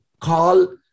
call